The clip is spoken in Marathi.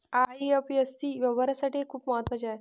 आई.एफ.एस.सी व्यवहारासाठी हे खूप महत्वाचे आहे